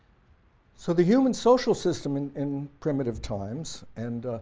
so the human social system in in primitive times and